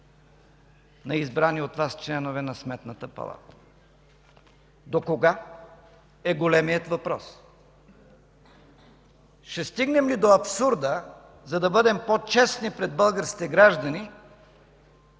на избрани от Вас членове на Сметната палата. Докога – е големият въпрос?! Ще стигнем ли до абсурда, за да бъдем по-честни пред българските граждани,